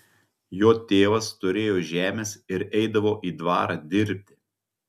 jo tėvas turėjo žemės ir eidavo į dvarą dirbti